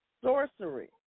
sorcery